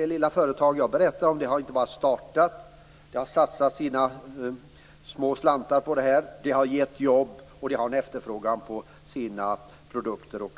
Det lilla företag som jag berättade om har inte bara startat, utan det har satsat sina små slantar, vilket har gett jobb och efterfrågan på dess produkter.